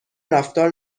رفتار